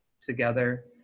together